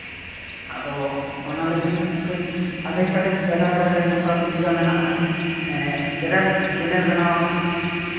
ᱟᱫᱚ ᱚᱱᱟ ᱞᱟᱹᱜᱤᱫ ᱠᱟᱹᱡ ᱟᱫᱷᱮᱠ ᱟᱫᱷᱮᱠ ᱡᱟᱭᱜᱟ ᱠᱚᱨᱮᱫ ᱱᱚᱝᱠᱟ ᱥᱩᱵᱤᱫᱷᱟ ᱢᱮᱱᱟᱜᱼᱟ ᱠᱮᱱᱮᱞ ᱠᱮᱱᱮᱞ ᱵᱮᱱᱟᱣ ᱠᱟᱱᱟ